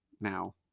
now